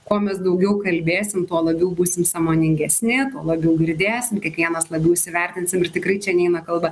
kuo mes daugiau kalbėsim tuo labiau būsim sąmoningesni labiau girdėsim kiekvienas labiau įsivertinsim ir tikrai čia neina kalba